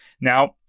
Now